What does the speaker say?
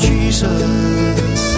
Jesus